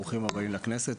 ברוכים הבאים לכנסת.